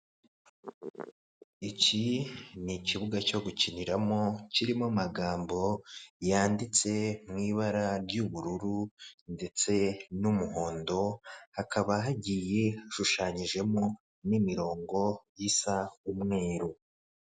Iki ni ikibuga cyo gukiniramo, kirimo amagambo yanditse mu ibara ry'ubururu ndetse n'umuhondo, hakaba hagiye hashushanyijemo n'imirongo isa umweru.